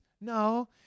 No